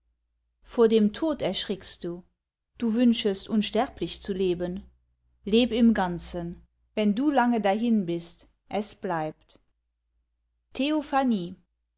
vor dem tod erschrickst du du wünschest unsterblich zu leben leb im ganzen wenn du lange dahin bist es bleibt